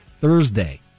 Thursday